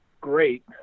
great